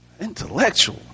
intellectual